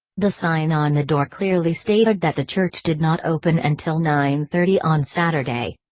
the sign on the door clearly stated that the church did not open until nine-thirty on saturday.